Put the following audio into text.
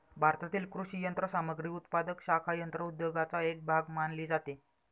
भारतातील कृषी यंत्रसामग्री उत्पादक शाखा यंत्र उद्योगाचा एक भाग मानली जाते